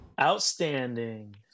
Outstanding